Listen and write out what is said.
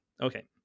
Okay